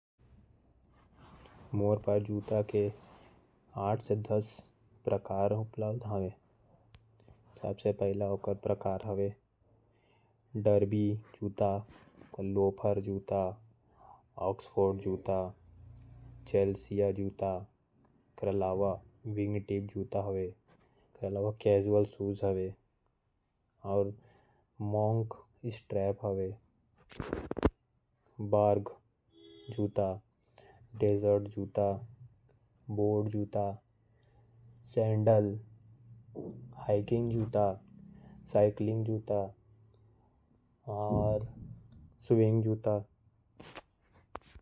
मोर पास जूता के आठ से दस प्रकार उपलब्ध हवे। डर्बी जूता, ऑक्सफोर्ड जूता, लोफर, चेल्सिया जूता। कैजुअल शूज, डेजर्ट जूता, हाइकिंग जूता। साइकलिंग जूता विंटेज जूता।